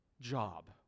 job